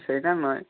সেটা নয়